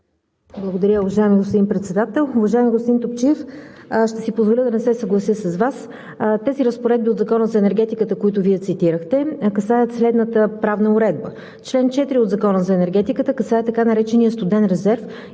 Благодаря, уважаеми господин Председател. Уважаеми господин Топчиев, ще си позволя да не се съглася с Вас. Тези разпоредби от Закона за енергетиката, които Вие цитирахте, касаят следната правна уредба: чл. 4 от Закона за енергетиката касае така наречения студен резерв